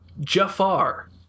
Jafar